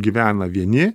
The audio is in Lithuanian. gyvena vieni